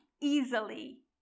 easily